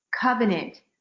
covenant